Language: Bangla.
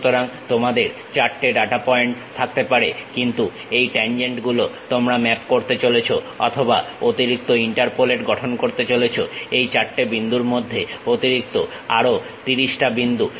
সুতরাং তোমাদের 4 টে ডাটা পয়েন্ট থাকতে পারে কিন্তু এই ট্যানজেন্ট গুলো তোমরা ম্যাপ করতে চলেছো অথবা অতিরিক্ত ইন্টারপোলেট গঠন করতে চলেছো এই 4 টে বিন্দুর মধ্যে অতিরিক্ত আরো 30 টা বিন্দু